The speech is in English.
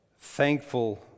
thankful